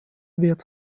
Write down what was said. wird